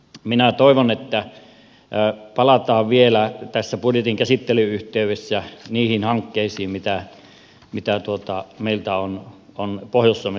minä toivon että palataan vielä tässä budjetin käsittelyn yhteydessä niihin hankkeisiin mitä meiltä on pohjois suomesta viety